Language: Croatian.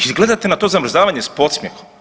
I gledate na to zamrzavanje s podsmjehom.